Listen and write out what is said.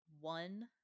one